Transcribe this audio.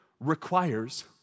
requires